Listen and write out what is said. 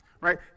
right